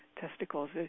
testicles